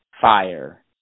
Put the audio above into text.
fire